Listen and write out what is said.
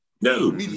No